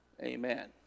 amen